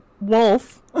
wolf